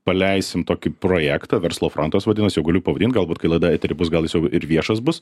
paleisim tokį projektą verslo frontuose vadinasi jau galiu pavadint galbūt kai laida etery bus gal jis jau ir viešas bus